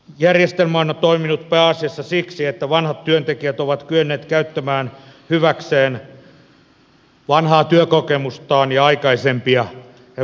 järjestelmä on toiminut pääasiassa siksi että vanhat työntekijät ovat kyenneet käyttämään hyväkseen vanhaa työkokemustaan ja aikaisempia verkostojaan